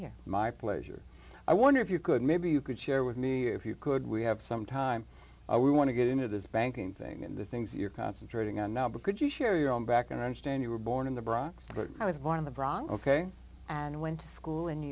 here my pleasure i wonder if you could maybe you could share with me if you could we have some time we want to get into this banking thing and the things you're concentrating on now because you share your own back and i understand you were born in the bronx but i was born in the bronx and went to school in new